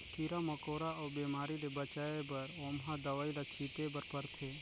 कीरा मकोरा अउ बेमारी ले बचाए बर ओमहा दवई ल छिटे बर परथे